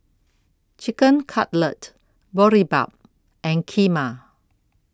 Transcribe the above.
Chicken Cutlet Boribap and Kheema